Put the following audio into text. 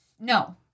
No